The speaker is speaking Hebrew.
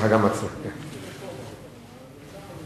הצעה אחרת.